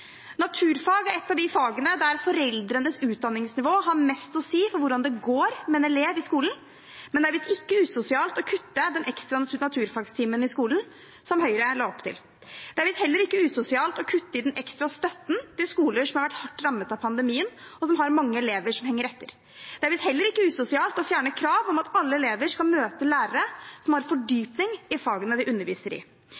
Naturfag er ett av de fagene der foreldrenes utdanningsnivå har mest å si for hvordan det går med en elev i skolen, men det er visst ikke usosialt å kutte den ekstra naturfagtimen i skolen som Høyre la opp til. Det er visst heller ikke usosialt å kutte i den ekstra støtten til skoler som har vært hardt rammet av pandemien, og som har mange elever som henger etter. Det er visst heller ikke usosialt å fjerne krav om at alle elever skal møte lærere som har